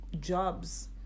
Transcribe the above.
Jobs